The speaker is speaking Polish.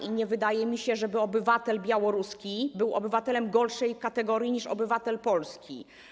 I nie wydaje mi się, żeby obywatel białoruski był obywatelem gorszej kategorii niż obywatel polski.